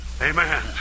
amen